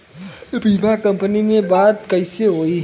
बीमा कंपनी में बात कइसे होई?